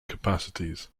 capacities